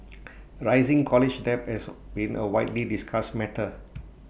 rising college debt has been A widely discussed matter